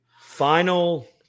Final